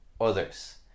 others